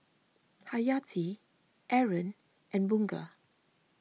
Hayati Aaron and Bunga